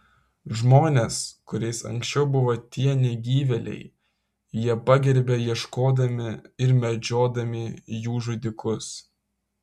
žmones kuriais anksčiau buvo tie negyvėliai jie pagerbia ieškodami ir medžiodami jų žudikus